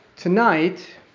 Tonight